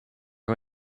who